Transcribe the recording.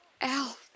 Al